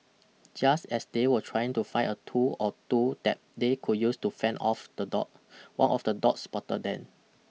just as they were trying to find a tool or two that they could use to fend off the dog one of the dogs spotted them